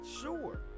Sure